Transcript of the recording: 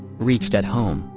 reached at home,